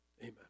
amen